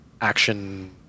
action